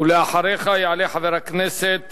ואחריך יעלה חבר הכנסת